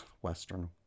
Western